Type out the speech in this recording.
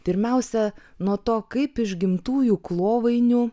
pirmiausia nuo to kaip iš gimtųjų klovainių